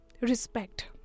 respect